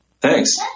thanks